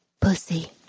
Pussy